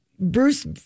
Bruce